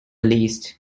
least